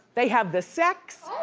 they have the sex.